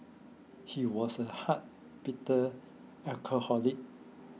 he was a hard bitter alcoholic